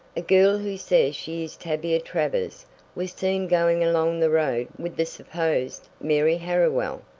a girl who says she is tavia travers was seen going along the road with the supposed mary harriwell,